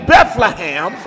Bethlehem